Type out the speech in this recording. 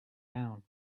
down